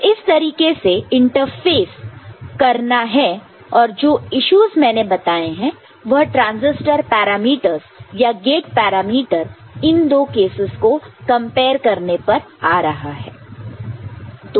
तो इस तरीके से इंटरफ़ेस करना है और जो इश्यूज मैंने बताए हैं वह ट्रांजिस्टर पैरामीटर्स या गेट पैरामीटर इन दो केसस को कंपेयर करने पर आ रहा है